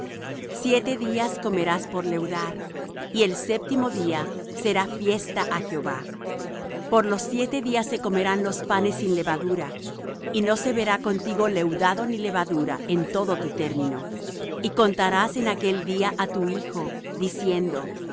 siete días comerás por leudar y el séptimo día será fiesta á jehová por los siete días se comerán los panes sin levadura y no se verá contigo leudado ni levadura en todo tu término y contarás en aquel día á tu hijo diciendo